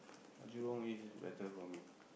Jurong-East is better for me